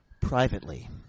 privately